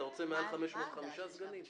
אתה רוצה מעל 500,000 חמישה סגנים?